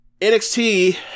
nxt